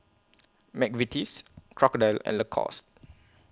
Mcvitie's Crocodile and Lacoste